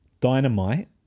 dynamite